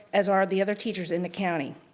as are the other teachers in the county.